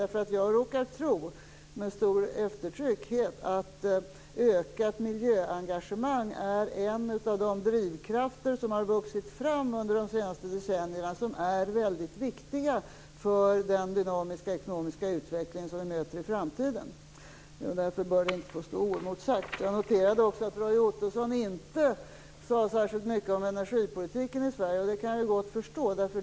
Jag råkar nämligen tro, med stort eftertryck, att ökat miljöengagemang är en av de drivkrafter som har vuxit fram under de senaste decennierna som är väldigt viktiga för den dynamiska ekonomiska utveckling vi möter i framtiden. Därför bör detta inte få stå oemotsagt. Jag noterade dessutom att Roy Ottosson inte sade särskilt mycket om energipolitiken i Sverige, och det kan jag gott förstå.